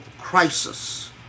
crisis